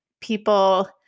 people